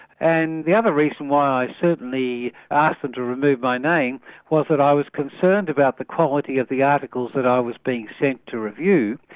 and the other reason why i certainly asked them to remove my name was that i was concerned about the quality of the articles that i was being sent to review.